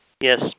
Yes